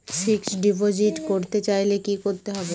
Fixed deposit করতে চাইলে কি করতে হবে?